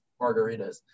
margaritas